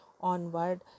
onward